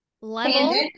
level